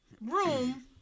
room